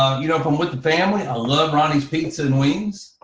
ah you know if i'm with the family, i love ronnie's pizza and wings.